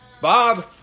Bob